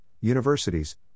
Universities